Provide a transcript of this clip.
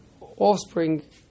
offspring